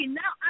now